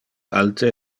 alte